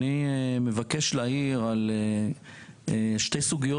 אני מבקש להעיר על שתי סוגיות